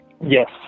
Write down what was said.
Yes